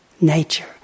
nature